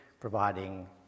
providing